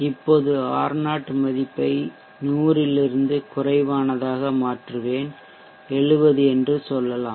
இப்போது R0 மதிப்பை 100 இலிருந்து குறைவானதாக மாற்றுவேன் 70 என்று சொல்வோம்